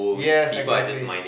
yes exactly